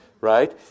right